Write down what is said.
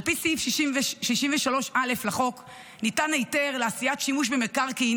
על פי סעיף 63א לחוק ניתן היתר לעשיית שימוש במקרקעין